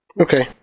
Okay